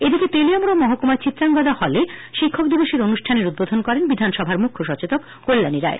এদিকে তেলিয়ামুড়া মহকুমায় চিত্রাঙ্গদা হলে শিক্ষক দিবসের অনুষ্ঠানের উদ্বোধন করেন বিধানসভার মুখ্য সচেতক কল্যানী রায়